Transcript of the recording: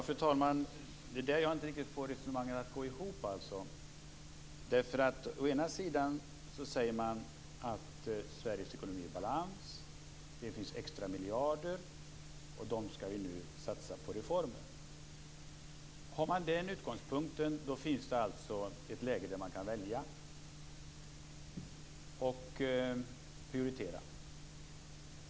Fru talman! Jag får inte riktigt resonemanget att gå ihop. Socialdemokraterna säger att Sveriges ekonomi är i balans och att det finns extra miljarder som man nu skall satsa på reformer. Har man den utgångspunkten finns det alltså ett läge där man kan välja och prioritera.